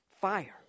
fire